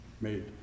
made